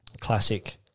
Classic